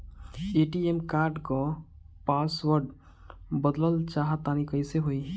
ATM card क password बदलल चाहा तानि कइसे होई?